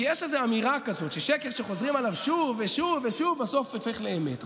כי יש איזו אמירה כזו ששקר שחוזרים עליו שוב ושוב ושוב בסוף הופך לאמת.